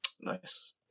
Nice